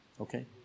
Okay